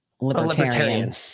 libertarian